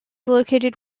located